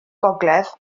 gogledd